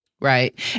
Right